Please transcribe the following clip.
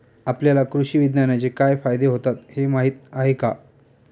आपल्याला कृषी विज्ञानाचे काय फायदे होतात हे माहीत आहे का?